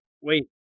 wait